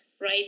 right